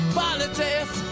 politics